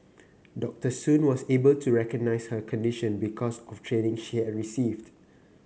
Doctor Soon was able to recognise her condition because of training she had received